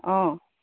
অঁ